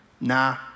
Nah